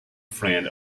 friend